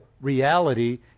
reality